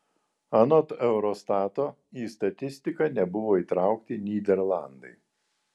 anot eurostato į statistiką nebuvo įtraukti nyderlandai